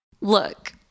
Look